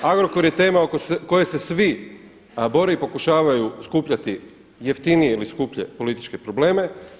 Agrokor je tema oko koje se svi bore i pokušavaju skupljati jeftinije ili skuplje političke probleme.